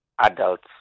adults